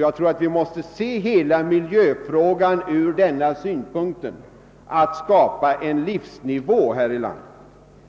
Jag tror att vi måste se hela miljöfrågan ur denna synpunkt: det gäller att här i landet skapa en livsnivå